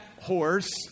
horse